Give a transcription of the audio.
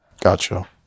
Gotcha